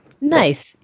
nice